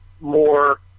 more